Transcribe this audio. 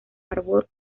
árbol